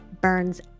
burns